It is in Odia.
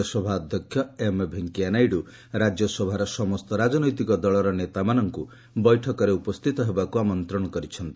ରାଜ୍ୟସଭା ଅଧ୍ୟକ୍ଷ ଏମ୍ଭେଙ୍କିୟାନାଇଡୁ ରାଜ୍ୟସଭାର ସମସ୍ତ ରାଜନୈତିକ ଦକର ନେତାମାନଙ୍କୁ ବୈଠକରେ ଉପସ୍ଥିତ ହେବାକୁ ଆମନ୍ତ୍ରଣ କରିଛନ୍ତି